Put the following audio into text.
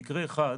במקרה אחד,